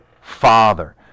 father